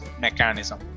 mechanism